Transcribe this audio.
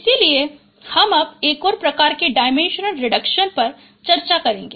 इसलिए हम अब एक और प्रकार के डायमेंशन रिडक्सन पर चर्चा करेगें